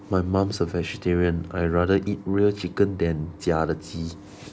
my mum's a vegetarian I rather eat real chicken than 假的鸡